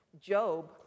Job